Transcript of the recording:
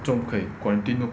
怎么不可以 quarantine lor